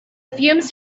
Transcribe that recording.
fumes